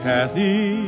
Kathy